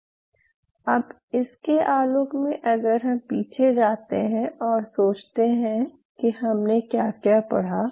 अब इसके आलोक में अगर हम पीछे जाते हैं और सोचते हैं कि हमने क्या क्या पढ़ा